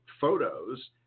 photos